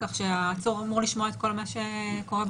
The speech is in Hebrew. כך שהעצור אמור לשמוע את כל מה שקורה באולם.